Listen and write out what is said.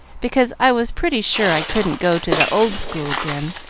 because i was pretty sure i couldn't go to the old school again,